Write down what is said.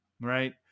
right